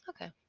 okay